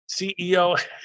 CEO